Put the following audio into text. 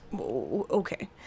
okay